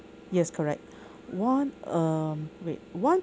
yes correct one um wait one